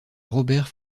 robert